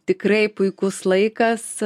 tikrai puikus laikas